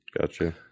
Gotcha